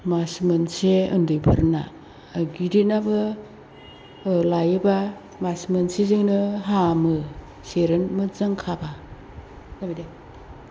मास मोनसे उन्दैफोरना गिदिरनाबो लायोब्ला मास मोनसेजोंनो हामो सेरेन मोजां खाब्ला जाबाय दे